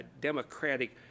democratic